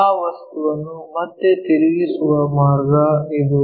ಆ ವಸ್ತುವನ್ನು ಮತ್ತೆ ತಿರುಗಿಸುವ ಮಾರ್ಗ ಇದು